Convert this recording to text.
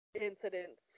incidents